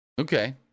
Okay